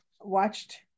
watched